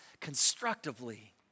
constructively